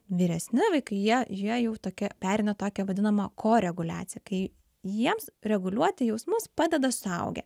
vyresni vaikai jie jie jau tokia pereina į tokią vadinamą koreguliaciją kai jiems reguliuoti jausmus padeda suaugę